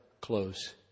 close